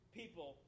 people